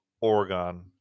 Oregon –